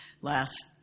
last